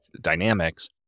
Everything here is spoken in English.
dynamics